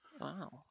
Wow